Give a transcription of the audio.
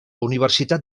universitat